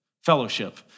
Fellowship